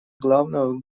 главного